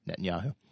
Netanyahu